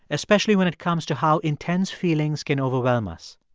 especially when it comes to how intense feelings can overwhelm us.